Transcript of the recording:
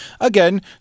again